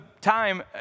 time